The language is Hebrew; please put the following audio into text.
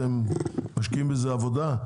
אתם משקיעים בזה עבודה?